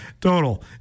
total